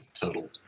total